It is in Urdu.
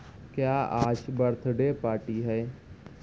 کیا آج برتھ ڈے پارٹی ہے